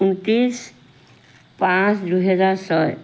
ঊনত্ৰিছ পাঁচ দুহেজাৰ ছয়